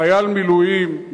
חייל מילואים,